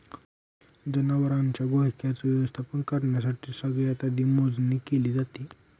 जनावरांच्या घोळक्याच व्यवस्थापन करण्यासाठी सगळ्यात आधी मोजणी केली जाते